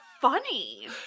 funny